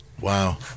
Wow